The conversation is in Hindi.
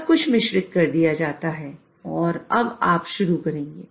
सब कुछ मिश्रित कर दिया जाता है और अब आप शुरू करेंगे